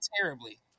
terribly